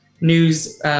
news